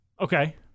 Okay